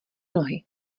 nohy